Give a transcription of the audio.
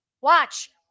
Watch